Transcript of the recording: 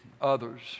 others